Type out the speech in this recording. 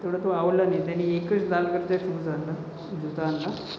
तेवढा तो आवडला नाही त्यानी एकच लाल कलरचा शूज आणला जूता आणला